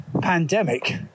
pandemic